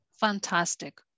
fantastic